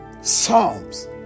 psalms